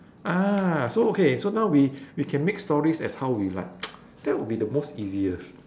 ah so okay so now we we can make stories as how we like that would be the most easiest